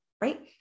right